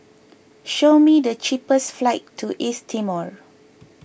show me the cheapest flights to East Timor